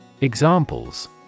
Examples